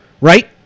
Right